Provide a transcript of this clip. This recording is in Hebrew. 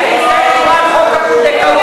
האם זה תמורת חוק הפונדקאות?